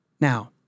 Now